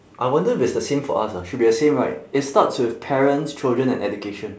I wonder if it's the same for us ah should be the same right it starts with parents children and education